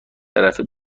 طرفه